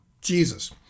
Jesus